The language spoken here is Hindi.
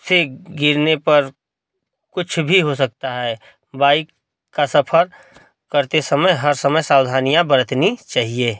से गिरने पर कुछ भी हो सकता है बाइक का सफर करते समय हर समय सावधानियाँ बरतनी चाहिए